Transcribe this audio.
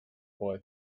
boy